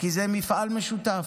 כי זה מפעל משותף.